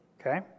Okay